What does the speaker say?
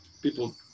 people